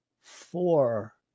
four